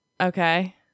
Okay